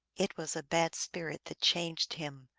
it was a bad spirit that changed him,